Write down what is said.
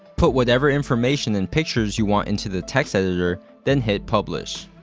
put whatever information and pictures you want into the text editor, then hit publish.